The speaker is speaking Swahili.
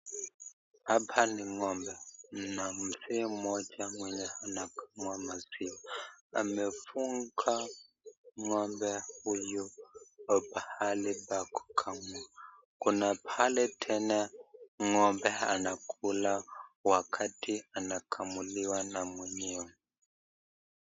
Hapa ni ng'ombe na mzee mmoja mwenye anakamua maziwa amefunga ng'ombe huyu kwa pahali pa kumamua, kuna pahali tena ng'ombe anakula wakati anakamuliwa na mwenyewe.